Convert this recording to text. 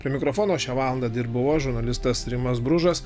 prie mikrofono šią valandą dirbau aš žurnalistas rimas bružas